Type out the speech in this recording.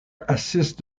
assiste